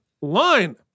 Line